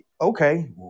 okay